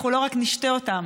אנחנו לא רק נשתה אותם,